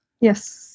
Yes